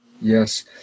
yes